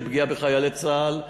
פגיעה בחיילי צה"ל שנכנסים.